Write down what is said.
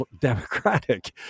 Democratic